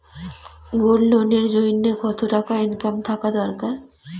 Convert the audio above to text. Gold loan এর জইন্যে কতো টাকা ইনকাম থাকা দরকার?